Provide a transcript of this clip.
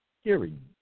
hearing